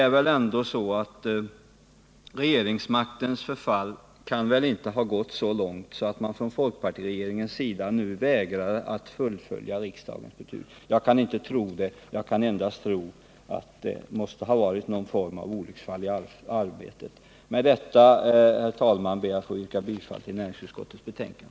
Regeringsmaktens förfall kan väl inte ha gått så långt att man från folkpartiregeringens sida nu vägrar att fullfölja riksdagens beslut. Jag kan inte tro det. Jag kan endast tro att det måste ha varit någon form av olycksfall i arbetet. Med detta, herr talman, ber jag att få yrka bifall till näringsutskottets hemställan.